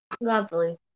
Lovely